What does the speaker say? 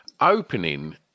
opening